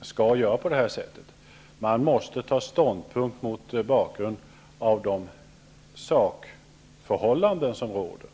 att göra på det sättet. Man måste ta ställning mot bakgrund av de sakförhållanden som råder.